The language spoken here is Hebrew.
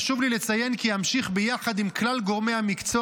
חשוב לי לציין כי אמשיך ביחד עם כלל גורמי המקצוע